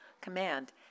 Command